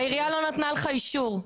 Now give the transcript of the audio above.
והעירייה לא נתנה לך אישור,